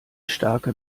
starke